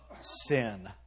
sin